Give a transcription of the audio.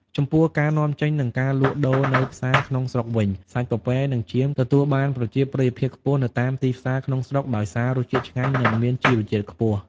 ចំពោះការនាំចេញនិងការលក់ដូរនៅផ្សារក្នុងស្រុកវិញ សាច់ពពែនិងចៀមទទួលបានប្រជាប្រិយភាពខ្ពស់នៅតាមទីផ្សារក្នុងស្រុកដោយសាររសជាតិឆ្ងាញ់និងមានជីវជាតិខ្ពស់។